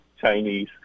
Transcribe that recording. Chinese